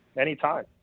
anytime